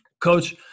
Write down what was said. Coach